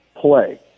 play